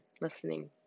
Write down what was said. listening